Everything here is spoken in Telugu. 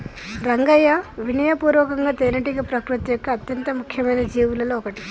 రంగయ్యా వినయ పూర్వకమైన తేనెటీగ ప్రకృతి యొక్క అత్యంత ముఖ్యమైన జీవులలో ఒకటి